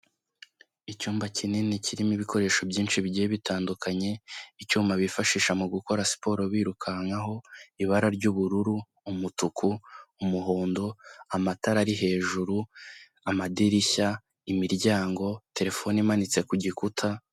Icyumba kinini kirimo ibikoresho byinshi bigiye bitandukanye, icyuma bifashisha mu gukora siporo birukankaho, ibara ry'ubururu, umutuku, umuhondo, amatara ari hejuru, amadirishya, imiryango telefone imanitse ku gikuta.